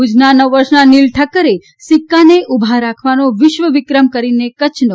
ભુજના નવ વર્ષના નીલ ઠકકરે સિકકાને ઉભા રાખવાનો વિશ્વવિક્રમ કરીને કચ્છનું